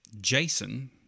Jason